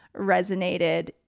resonated